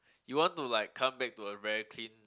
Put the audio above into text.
you want to like come back to a very clean